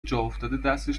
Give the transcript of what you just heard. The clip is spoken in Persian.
جاافتاده، دستش